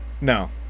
No